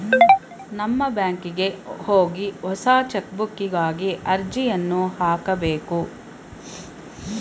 ನಮ್ಮ ಬ್ಯಾಂಕಿಗೆ ಹೋಗಿ ಹೊಸ ಚೆಕ್ಬುಕ್ಗಾಗಿ ಅರ್ಜಿಯನ್ನು ಹಾಕಬೇಕು